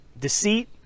deceit